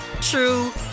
true